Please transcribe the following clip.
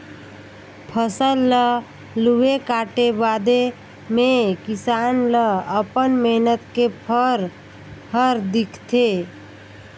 फसल ल लूए काटे बादे मे किसान ल अपन मेहनत के फर हर दिखथे